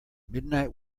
midnight